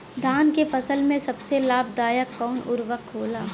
धान के फसल में सबसे लाभ दायक कवन उर्वरक होला?